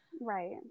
right